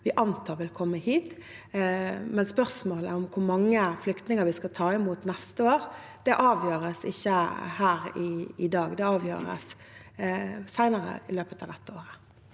vi antar vil komme hit. Likevel: Spørsmålet om hvor mange flyktninger vi skal ta imot neste år, avgjøres ikke her i dag, det avgjøres senere i år.